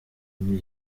muri